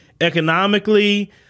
economically